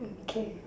okay